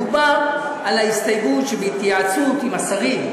מדובר על ההסתייגות שבהתייעצות עם השרים,